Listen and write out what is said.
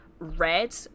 red